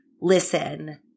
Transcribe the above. Listen